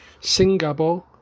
Singapore